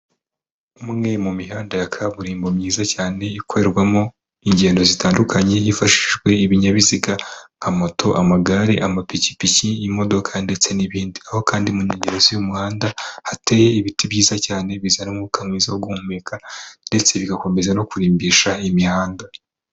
Umwe mu mihanda ya kaburimbo myiza cyane ikorerwamo ingendo zitandukanye hifashishijwe ibinyabiziga nka moto, amagare, amapikipiki, imodoka ndetse n'ibindi. Aho kandi mu ntangero z'uyu muhanda hateye ibiti byiza cyane bizana umwuka mwiza wo guhumeka ndetse bigakomeza no kurimbisha imihanda.